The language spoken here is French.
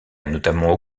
notamment